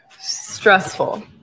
Stressful